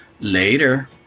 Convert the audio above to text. Later